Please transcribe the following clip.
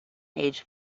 age